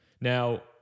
Now